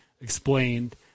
explained